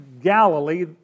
Galilee